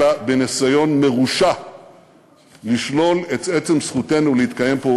אלא בניסיון מרושע לשלול את עצם זכותנו להתקיים פה,